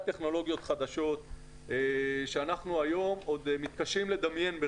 טכנולוגיות חדשות שאנחנו היום עוד מתקשים לדמיין.